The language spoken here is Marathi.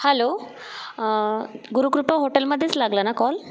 हॅलो गुरुकृपा हॉटेलमध्येच लागला ना कॉल